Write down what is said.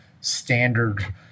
standard